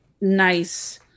nice